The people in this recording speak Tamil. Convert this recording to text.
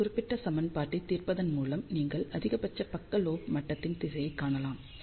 இந்த குறிப்பிட்ட சமன்பாட்டை தீர்ப்பதன் மூலம் நீங்கள் அதிகபட்ச பக்க லோப் மட்டத்தின் திசையைக் காணலாம்